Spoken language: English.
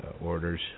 orders